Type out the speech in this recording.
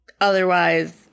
Otherwise